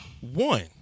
one